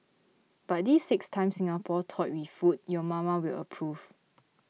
but these six times Singapore toyed with food your mama will approve